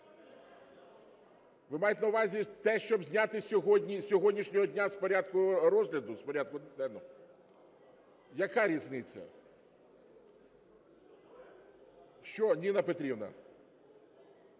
Ви маєте на увазі те, щоб зняти з сьогоднішнього дня з порядку розгляду, з порядку? Яка різниця? Що, Ніна Петрівна?